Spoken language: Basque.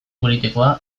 politikoa